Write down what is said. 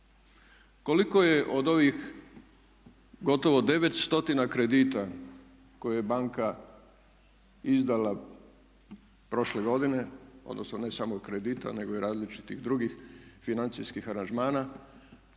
Koliko je od ovih gotovo 9 stotina kredita koje je banka izdala prošle godine, odnosno ne samo kredita nego i različitih drugih financijskih aranžmana,